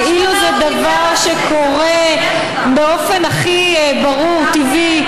כאילו זה דבר שקורה באופן הכי ברור, טבעי.